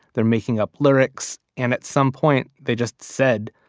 they're making up lyrics and at some point, they just said,